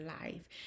life